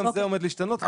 גם זה עומד להשתנות.